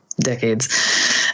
decades